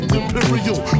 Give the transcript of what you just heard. imperial